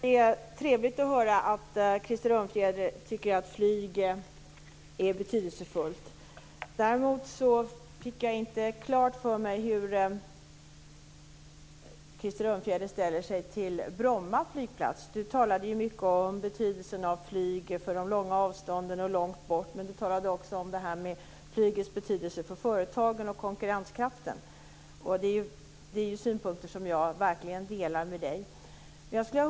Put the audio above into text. Fru talman! Det är trevligt att Krister Örnfjäder tycker att flyget är betydelsefullt. Däremot fick jag inte klart för mig hur Krister Örnfjäder ställer sig till Bromma flygplats. Han talade mycket om betydelsen av flyget för de långa avstånden men också för företagen och konkurrenskraften. Det är synpunkter som jag verkligen delar.